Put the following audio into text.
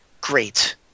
great